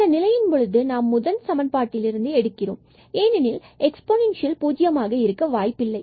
இந்த நிலையின் பொழுது நாம் முதல் சமன்பாட்டில் இருந்து எடுக்கிறோம் ஏனெனில் எக்ஸ்பொனன்சியல் பூஜ்ஜியமாக இருக்க வாய்ப்பில்லை